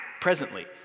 presently